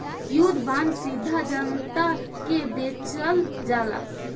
युद्ध बांड सीधा जनता के बेचल जाला